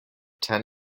ten